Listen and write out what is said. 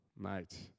Mate